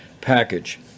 package